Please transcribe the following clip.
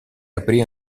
aprì